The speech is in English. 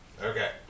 Okay